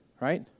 right